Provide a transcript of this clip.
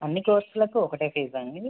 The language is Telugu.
అన్ని కోర్సులకు ఒకటే ఫీజా అండి